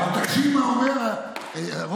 יעקב אשר (יהדות התורה): אבל תקשיב מה אמר